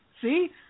See